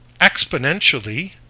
exponentially